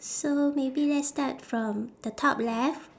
so maybe let's start from the top left